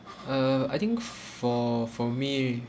uh I think for for me